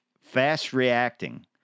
fast-reacting